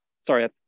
sorry